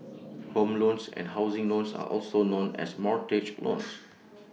home loans and housing loans are also known as mortgage loans